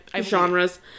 genres